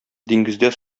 диңгездә